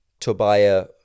Tobiah